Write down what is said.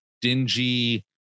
dingy